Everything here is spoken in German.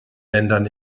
ländern